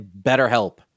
BetterHelp